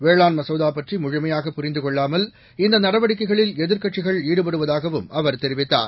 வேளாண் மசோதா பற்றி முழமையாக புரிந்து கொள்ளாமல் இந்த நடவடிக்கைகளில் எதிர்க்கட்சிகள் ஈடுபடுவதாகவும் அவர் தெரிவித்தார்